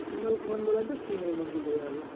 చీమలకు మందులు అంటే చీమలమందు వెయ్యాలి